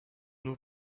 nous